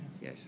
yes